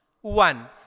One